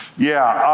yeah.